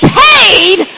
paid